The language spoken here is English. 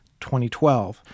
2012